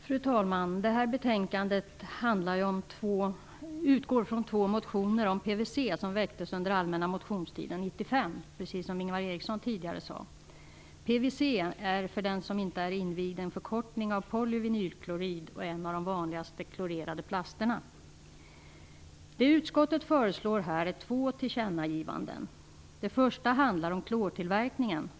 Fru talman! Detta betänkande utgår från två motioner om PVC som väcktes under allmänna motionstiden 1995, precis som Ingvar Eriksson tidigare sade. PVC är, för den som inte är invigd, en förkortning av polyvinylklorid och är en av de vanligaste klorerade plasterna. Det utskottet föreslår är två tillkännagivanden. Det första handlar om klortillverkningen.